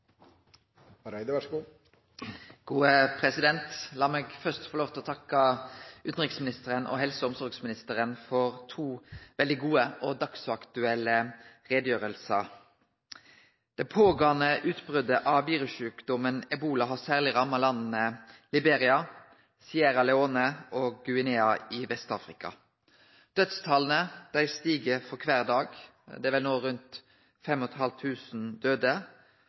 meg først få takke utanriksministeren og helse- og omsorgsministeren for to veldig gode og dagsaktuelle utgreiingar. Det pågåande utbrotet av virussjukdomen ebola har særleg ramma landa Liberia, Sierra Leone og Guinea i Vest-Afrika. Dødstala stig for kvar dag. Det er no rundt